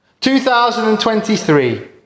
2023